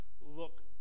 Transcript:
look